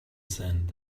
sand